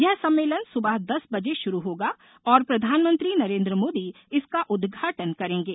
यह सम्मेलन सुबह दस बजे शुरू होगा और प्रधानमंत्री नरेन्द्र मोदी इसका उद्घाटन करेंगे